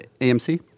AMC